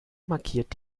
markiert